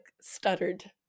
stuttered